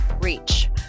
Reach